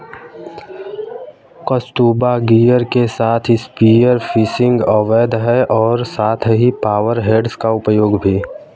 scuba gear के साथ spear fishing अवैध है और साथ ही पावर हेड्स का उपयोग भी